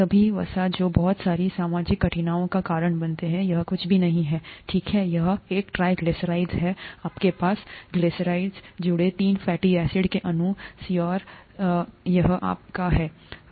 सभी वसा जो बहुत सारी सामाजिक कठिनाई का कारण बनते हैं यह कुछ भी नहीं है ठीक है यह एक ट्राइग्लिसराइड है आपके पास ग्लिसरॉलजुड़े तीन फैटी एसिड हैं अणु सेऔर यह आपका वसा है